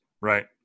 Right